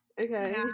okay